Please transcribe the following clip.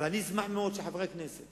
ואני אשמח מאוד אם חברי הכנסת